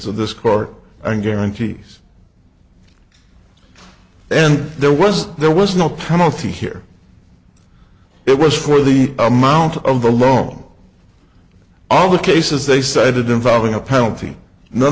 of this court and guarantees and there was there was no penalty here it was for the amount of them wrong all the cases they cited involving a penalty none